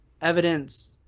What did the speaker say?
evidence